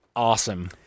awesome